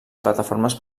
plataformes